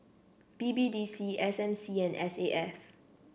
B B D C S M C and S A F